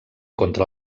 contra